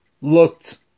looked